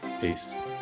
peace